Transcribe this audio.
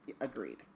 Agreed